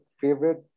favorite